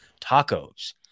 tacos